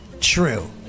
True